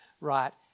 right